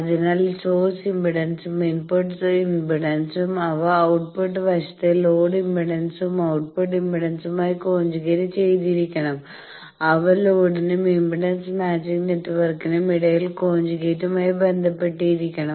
അതിനാൽ സോഴ്സ് ഇംപെഡൻസും ഇൻപുട്ട് ഇംപെഡൻസും അവ ഔട്ട്പുട്ട് വശത്തെ ലോഡ് ഇംപെഡൻസും ഔട്ട്പുട്ട് ഇംപെഡൻസുമായി കോഞ്ചുഗേറ്റ് ചെയ്തിരിക്കണം അവ ലോഡിനും ഇംപെഡൻസ് മാച്ചിംഗ് നെറ്റ്വർക്കിനും ഇടയിൽ കോഞ്ചുഗേറ്റുമായി ബന്ധപ്പെട്ടിരിക്കണം